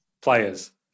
players